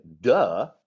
duh